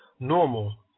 normal